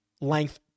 length